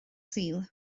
sul